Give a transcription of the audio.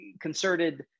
concerted